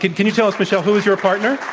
can can you tell us, michele, who is your partner?